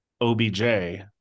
OBJ